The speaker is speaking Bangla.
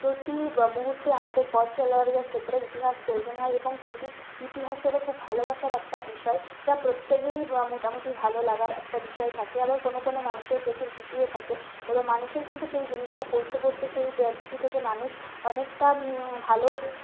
প্রতি মূহুর্তে আমাদের পথ চলার ক্ষেত্রে ইতিহাস প্রয়োজন হয় এবং প্রতি ইতিহাস হলো খুব ভালোবাসার একটা বিষয় যা প্রত্যেকেরই মোটামুটি ভালো লাগার একটা বিষয় থাকে আবার কোনও কোনও মানুষের প্রচুর ভীতিও থাকে এবং মানুষের কিন্তু সেই জিনিসটা পড়তে পড়তে সেই ভীতি থেকে মানুষ অনেকটা ভালো